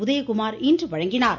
உதயகுமார் இன்று வழங்கினார்